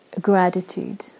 gratitude